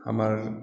हमर